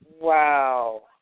Wow